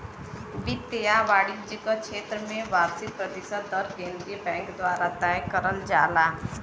वित्त या वाणिज्य क क्षेत्र में वार्षिक प्रतिशत दर केंद्रीय बैंक द्वारा तय करल जाला